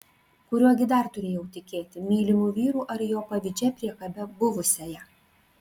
kuriuo gi dar turėjau tikėti mylimu vyru ar jo pavydžia priekabia buvusiąja